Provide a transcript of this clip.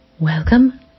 Welcome